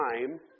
time